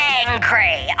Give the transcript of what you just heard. angry